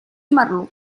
marlu